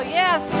yes